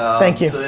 thank you.